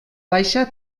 baixa